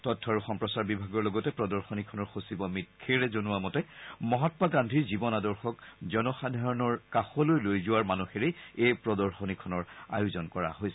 তথ্য আৰু সম্প্ৰচাৰ বিভাগৰ লগতে প্ৰদশনীখনৰ সচিব অমিত খেৰে জনোৱা মতে মহামা গান্ধীৰ জীৱন আদৰ্শক জনসাধাৰণৰ মাজলৈ লৈ যোৱাৰ মানসেৰে এই প্ৰদৰ্শনীখনৰ আয়োজন কৰা হৈছে